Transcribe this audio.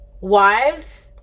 Wives